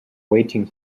waiting